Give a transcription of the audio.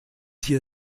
sie